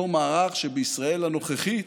אותו מערך שבישראל הנוכחית